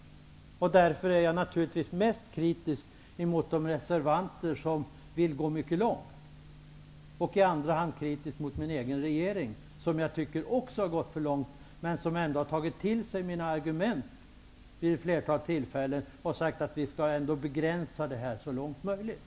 Därför är jag i första hand kritisk mot de reservanter som vill gå mycket långt här. I andra hand är jag kritisk mot min egen regering, som jag tycker också har gått för långt men som ändå har tagit till sig mina argument vid ett flertal tillfällen och som sagt att vi skall begränsa det hela så långt som möjligt.